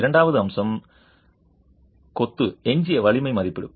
இரண்டாவது அம்சம் வந்து கொத்து எஞ்சிய வலிமை மதிப்பிடும்